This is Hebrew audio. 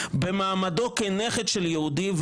במעמדו כנגד של יהודי,